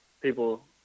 people